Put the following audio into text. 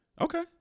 okay